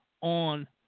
on